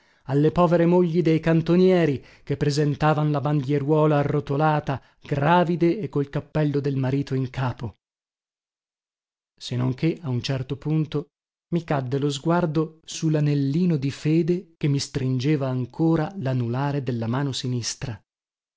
alle povere mogli dei cantonieri che presentavan la bandieruola arrotolata gravide e col cappello del marito in capo se non che a un certo punto mi cadde lo sguardo su lanellino di fede che mi stringeva ancora lanulare della mano sinistra